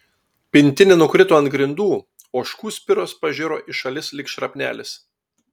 pintinė nukrito ant grindų ožkų spiros pažiro į šalis lyg šrapnelis